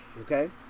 okay